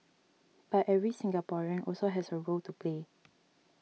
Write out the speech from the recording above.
but every Singaporean also has a role to play